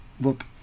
Look